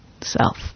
self